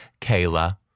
Kayla